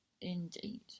indeed